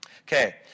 Okay